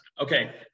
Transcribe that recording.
Okay